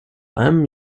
einem